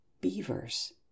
beavers